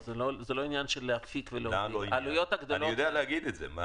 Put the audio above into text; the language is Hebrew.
זה לא עניין של להפיק ולהוביל -- אני יודע להגיד את זה.